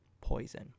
Poison